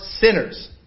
sinners